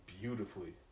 Beautifully